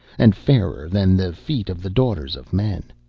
and fairer than the feet of the daughters of men.